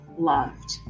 loved